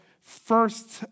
first